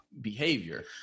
behavior